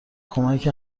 کمک